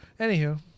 anywho